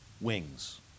wings